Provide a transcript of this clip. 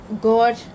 God